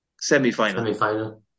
semi-final